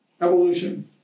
evolution